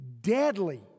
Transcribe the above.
deadly